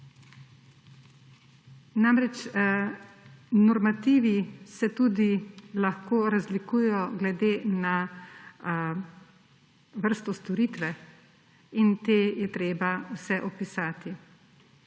Normativi se tudi lahko razlikujejo glede na vrsto storitve in te je treba vse opisati.